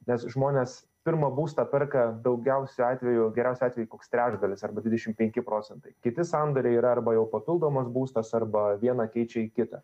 nes žmonės pirmą būstą perka daugiausiai atveju geriausiu atveju koks trečdalis arba dvidešim penki procentai kiti sandoriai yra arba jau papildomas būstas arba vieną keičia į kitą